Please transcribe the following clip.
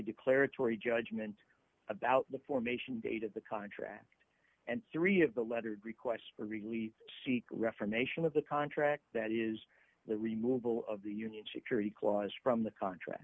declaratory judgment about the formation date of the contract and three of the lettered requests for relief seek reformation of the contract that is the removal of the union security clause from the contract